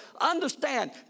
understand